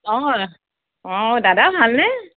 অঁ অঁ দাদা ভালনে